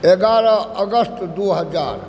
एगारह अगस्त दू हजार